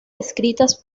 escritas